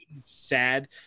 sad